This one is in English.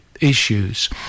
issues